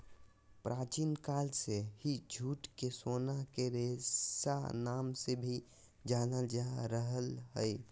प्राचीन काल से ही जूट के सोना के रेशा नाम से भी जानल जा रहल हय